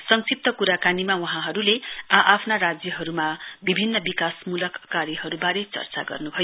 संक्षिप्त कुराकानीमा वहाँहरूले आ आफ्ना राज्यहरूमा विभिन्न विकासमूलक कार्यहरूबारे चर्चा गर्नुभयो